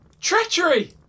Treachery